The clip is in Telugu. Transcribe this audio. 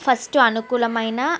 ఫస్ట్ అనుకూలమైన